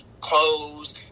Clothes